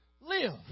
live